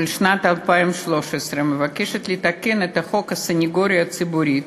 של שנת 2013, מבקשת לתקן את חוק הסנגוריה הציבורית